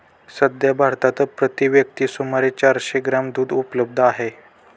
सध्या भारतात प्रति व्यक्ती सुमारे चारशे ग्रॅम दूध उपलब्ध आहे